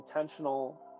intentional